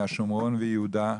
מהשומרון ויהודה,